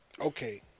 Okay